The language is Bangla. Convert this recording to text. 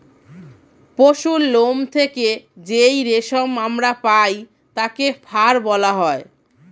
পশুর লোম থেকে যেই রেশম আমরা পাই তাকে ফার বলা হয়